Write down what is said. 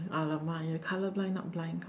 !alamak! you color blind not blind